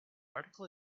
article